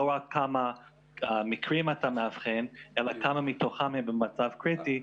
לא רק כמה מקרים אתה מאבחן אלא כמה מתוכם הם במצב קריטי,